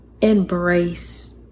embrace